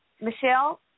Michelle